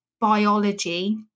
biology